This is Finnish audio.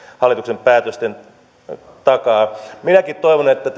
hallituksen päätösten takia minäkin toivon että